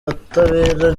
ubutabera